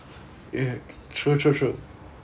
yeah true true true